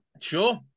Sure